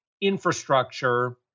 infrastructure